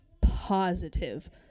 positive